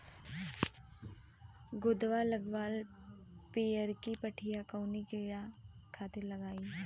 गोदवा लगवाल पियरकि पठिया कवने कीड़ा खातिर लगाई?